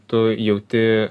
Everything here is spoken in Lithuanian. tu jauti